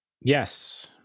Yes